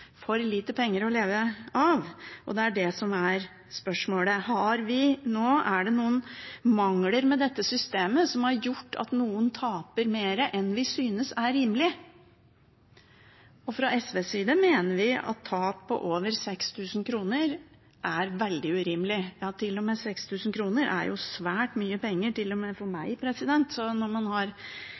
å leve av. Det er det som er spørsmålet: Er det noen mangler ved dette systemet som har gjort at noen taper mer enn vi synes er rimelig? Fra SVs side mener vi at tap på over 6 000 kr er veldig urimelig. 6 000 kr er jo svært mye penger, til og med for meg, så når man har